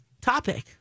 topic